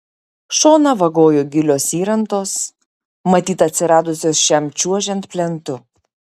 šoną vagojo gilios įrantos matyt atsiradusios šiam čiuožiant plentu